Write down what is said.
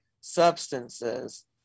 substances